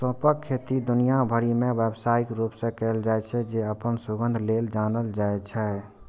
सौंंफक खेती दुनिया भरि मे व्यावसायिक रूप सं कैल जाइ छै, जे अपन सुगंध लेल जानल जाइ छै